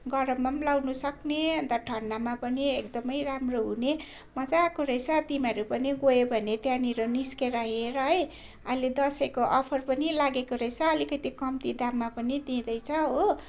गरममा पनि लगाउनसक्ने अन्त ठन्डामा पनि एकदमै राम्रो हुने मजाको रहेछ तिमीहरू पनि गयौ भने त्यहाँनिर निस्केर हेर है अहिले दसैँको अफर पनि लागेको रहेछ अलिकति कम्ती दाममा पनि दिँदैछ हो